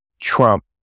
Trump